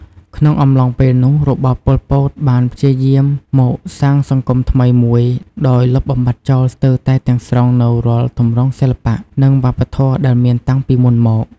ក្នុងអំឡុងពេលនោះ របបប៉ុល ពត បានព្យាយាមកសាងសង្គមថ្មីមួយដោយលុបបំបាត់ចោលស្ទើរតែទាំងស្រុងនូវរាល់ទម្រង់សិល្បៈ និងវប្បធម៌ដែលមានតាំងពីមុនមក។